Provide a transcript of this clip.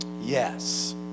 yes